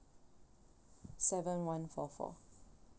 seven one four four